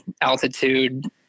altitude